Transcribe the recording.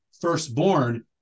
firstborn